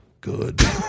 good